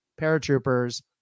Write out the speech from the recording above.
paratroopers